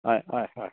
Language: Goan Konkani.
हय हय हय